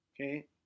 okay